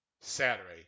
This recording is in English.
Saturday